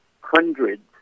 hundreds